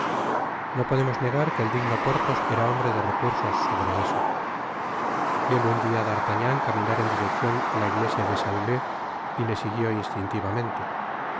no podemos negar que el digno porthos era hombre de recursos sobre eso viole un día d'artagnan caminar en direccion á la iglesia de saint leu y le siguió instintivamente